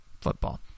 football